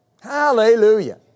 Hallelujah